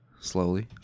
Slowly